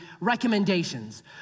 recommendations